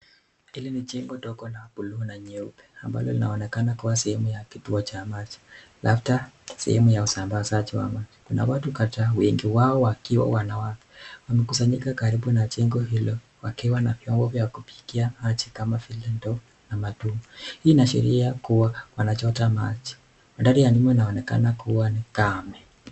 Hili ni jengo dogo la blue na nyeupe ambalo linaonekana kuwa sehemu ya kituo cha maji labda sehemu ya usambazaji wa maji. Kuna watu kadhaa wengi wao wakiwa wanawake wamekusanyika karibu na jengo hilo wakiwa na vyombo vya kupikia maji kama vile ndoo na matungi. Hii inaashiria kuwa wanachota maji. Mandhari ya nyuma inaonekana kuwa ni kame.